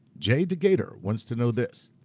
jay degator wants to know this.